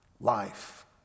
life